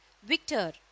victor